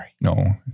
No